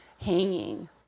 hanging